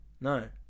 No